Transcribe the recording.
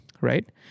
Right